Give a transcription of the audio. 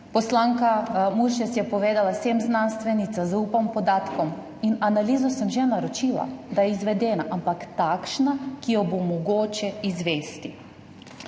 Poslanka Muršič je povedala, sem znanstvenica, zaupam podatkom. Analizo sem že naročila, da bo izvedena, ampak takšna, ki jo bo mogoče izvesti.